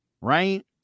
right